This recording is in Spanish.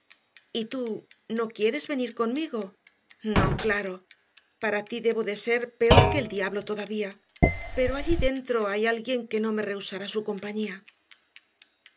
broma y tú no quieres venir conmigo no claro para ti debo de ser peor que el diablo todavía pero allí dentro hay alguien que no me rehusará su compañía